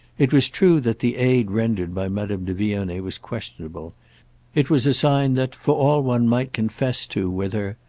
it was true that the aid rendered by madame de vionnet was questionable it was a sign that, for all one might confess to with her,